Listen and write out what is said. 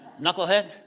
knucklehead